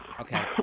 Okay